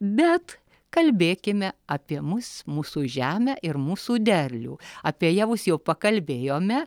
bet kalbėkime apie mus mūsų žemę ir mūsų derlių apie javus jau pakalbėjome